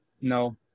No